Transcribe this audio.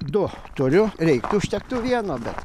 du turiu reiktų užtektų vieno bet